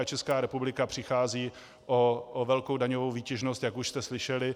Česká republika přichází o velkou daňovou výtěžnost, jak už jste slyšeli.